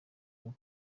ngo